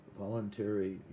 Voluntary